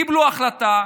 קיבלו החלטה.